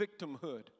victimhood